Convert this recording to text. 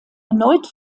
erneut